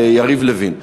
יריב לוין.